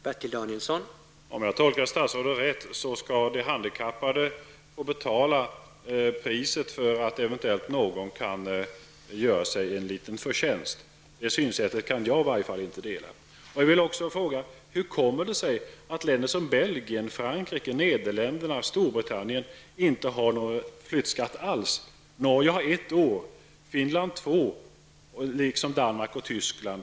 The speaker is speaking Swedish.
Herr talman! Om jag tolkar statsrådet rätt, skall de handikappade få betala priset för att någon eventuellt kan göra sig en liten förtjänst. Det synsättet kan i varje fall inte jag dela. Hur kommer det sig att länder som Belgien, Frankrike, Nederländerna och Storbritannien inte har någon flyttskatt alls? Norge har en gräns på ett år, Finland två år liksom Danmark och Tyskland.